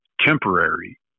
temporary